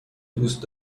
دوست